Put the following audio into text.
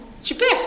Super